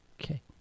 Okay